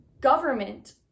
government